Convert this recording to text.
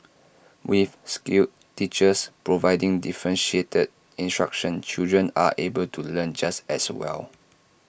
with skilled teachers providing differentiated instruction children are able to learn just as well